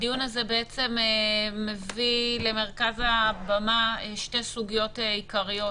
הדיון הזה מביא למרכז הבמה שתי סוגיות עיקריות: